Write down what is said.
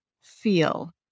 feel